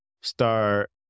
start